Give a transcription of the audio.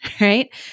right